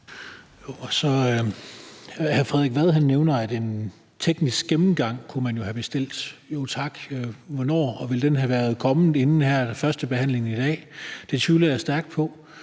Hr. Frederik Vad nævner, at man jo kunne have bestilt en teknisk gennemgang. Jo tak, hvornår? Og ville den have været kommet inden førstebehandlingen her i dag? Det tvivler jeg stærkt på.